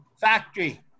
factory